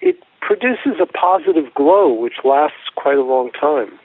it produces a positive glow which lasts quite a long time.